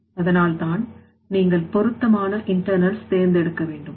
அதனால்தான் நீங்கள் பொருத்தமான இன்டர்ணல்ஸ் தேர்ந்தெடுக்க வேண்டும்